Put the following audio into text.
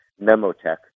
memotech